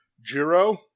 Jiro